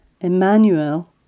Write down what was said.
Emmanuel